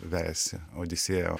vejasi odisėjo